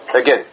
Again